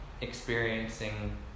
experiencing